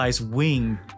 wing